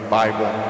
bible